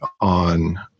on